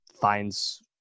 finds